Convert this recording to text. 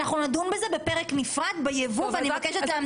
אנחנו נדון בזה בפרק נפרד ביבוא ואני מבקשת להמתין.